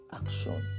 action